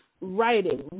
writing